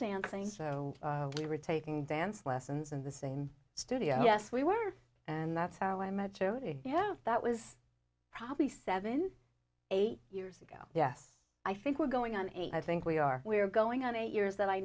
dancing so we were taking dance lessons in the same studio yes we were and that's how i met jodi you know that was probably seven eight years ago yes i think we're going on eight i think we are we are going on eight years that i